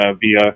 via